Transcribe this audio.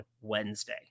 Wednesday